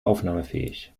aufnahmefähig